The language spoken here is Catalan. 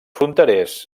fronterers